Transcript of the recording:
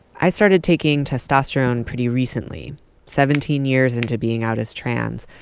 i started taking testosterone pretty recently seventeen years into being out as trans,